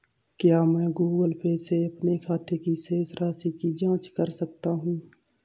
क्या मैं Google Pay से अपने खाते की शेष राशि की जाँच कर सकता हूँ?